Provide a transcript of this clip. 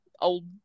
old